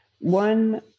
One